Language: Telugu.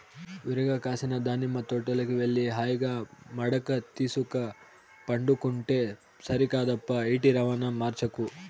విరగ కాసిన దానిమ్మ తోటలోకి వెళ్లి హాయిగా మడక తీసుక పండుకుంటే సరికాదప్పా ఈటి రవాణా మార్చకు